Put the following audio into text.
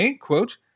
quote